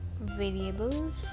variables